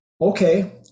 Okay